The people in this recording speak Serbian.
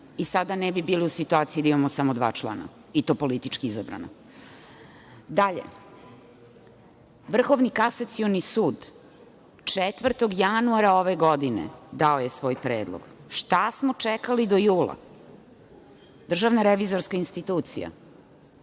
i sada ne bi bili u situaciji da imamo samo dva člana i to politički izabrana. Dalje, Vrhovni kasacioni sud 4. januara ove godine dao je svoj predlog. Šta smo čekali do jula? Državna revizorska institucija